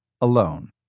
alone